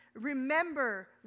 Remember